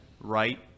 right